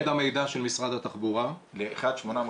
המידע של משרד התחבורה ל-1800-800-907.